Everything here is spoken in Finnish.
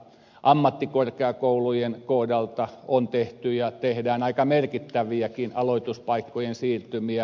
ammattikorkeakoulujen kohdalta on tehty ja tehdään aika merkittäviäkin aloituspaikkojen siirtymiä